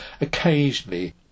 Occasionally